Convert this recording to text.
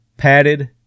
padded